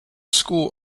school